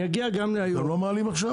אתם לא מעלים עכשיו?